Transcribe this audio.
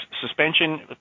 suspension